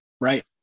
Right